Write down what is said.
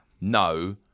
no